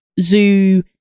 zoo